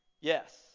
Yes